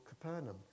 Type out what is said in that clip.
Capernaum